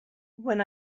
when